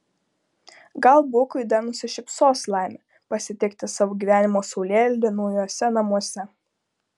gal bugui dar nusišypsos laimė pasitikti savo gyvenimo saulėlydį naujuose namuose